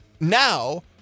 Now